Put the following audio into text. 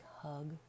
hug